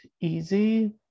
easy